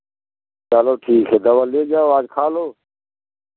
चलो ठीक है दवा ले जाओ आज खा लो